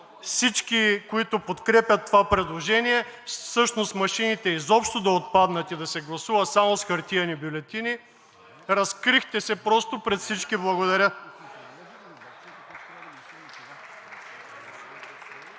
всички, които подкрепят това предложение, всъщност машините изобщо да отпаднат и да се гласува само с хартиени бюлетини, разкрихте се просто пред всички. Благодаря.